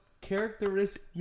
characteristic